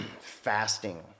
fasting